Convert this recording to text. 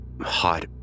hot